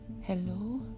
hello